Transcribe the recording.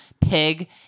pig